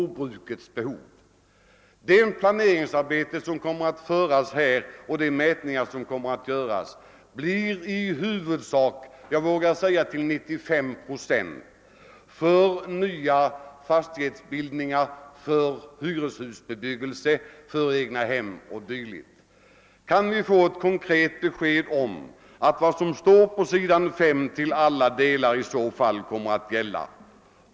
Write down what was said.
Det planeringsarbete och de mätningar som kommer att göras blir i huvudsak, jag vågar säga till 95 procent, för nya fastighetsbildningar, för hyreshusbebyggelse, för egnahem och dylikt. Kan vi få ett konkret besked om att vad som står på s. 5 i så fall kommer att gälla till alla delar?